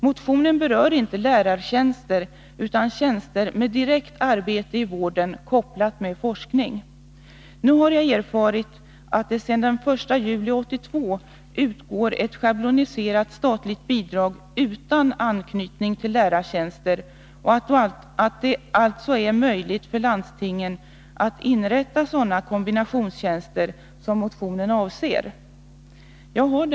Motionen berör inte lärartjänster utan tjänster med direkt arbete i vården kopplat till forskning. Nu har jag erfarit att det sedan den 1 juli 1982 kan utgå ett schabloniserat statligt bidrag utan anknytning till lärartjänster och att det alltså är möjligt för landstingen att inrätta sådana kombinationstjänster som motionen avser. Herr talman!